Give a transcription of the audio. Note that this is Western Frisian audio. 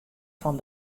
fan